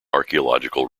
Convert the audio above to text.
archaeological